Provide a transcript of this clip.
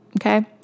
okay